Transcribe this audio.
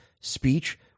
speech